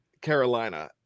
Carolina